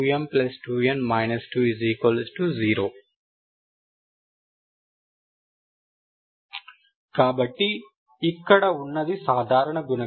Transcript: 2m2m2nd2m2nd2m2n 20 కాబట్టి ఇక్కడ ఉన్నది సాధారణ గుణకం